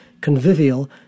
convivial